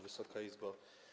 Wysoka Izbo!